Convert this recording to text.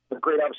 great